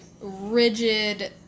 rigid